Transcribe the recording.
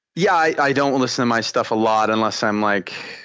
yeah, i don't listen to my stuff a lot unless i'm like,